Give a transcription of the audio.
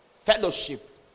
fellowship